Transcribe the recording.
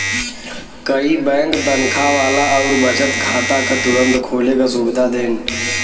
कई बैंक तनखा वाला आउर बचत खाता क तुरंत खोले क सुविधा देन